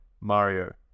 Mario